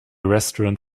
restaurant